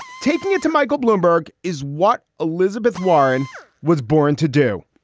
taking it to michael bloomberg is what elizabeth warren was born to do.